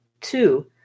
Two